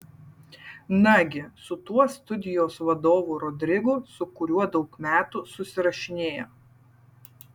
nagi su tuo studijos vadovu rodrigu su kuriuo daug metų susirašinėjo